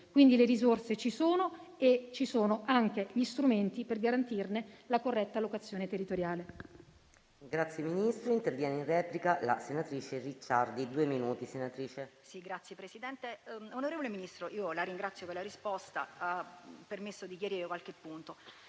Quindi le risorse ci sono e ci sono anche gli strumenti per garantirne la corretta allocazione territoriale.